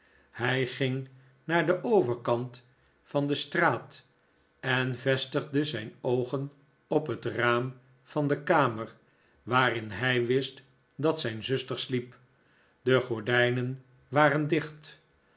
hij ging naar den overkant van de straat en vestigde zijn oogen op het raam van de kamer waarin hij wist dat zijn zuster sliep de gordijnen waren dicht